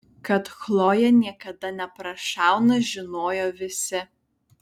kad chlojė niekada neprašauna žinojo visi